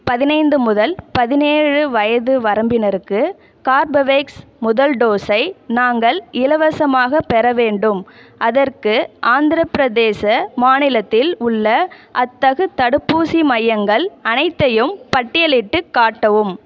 பதினைந்து முதல் பதினேழு வயது வரம்பினருக்கு கார்பவேக்ஸ் முதல் டோஸை நாங்கள் இலவசமாகப் பெற வேண்டும் அதற்கு ஆந்திரப்பிரதேச மாநிலத்தில் உள்ள அத்தகு தடுப்பூசி மையங்கள் அனைத்தையும் பட்டியலிட்டுக் காட்டவும்